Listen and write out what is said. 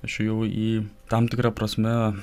aš ėjau į tam tikra prasme